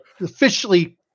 officially